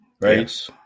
right